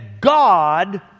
God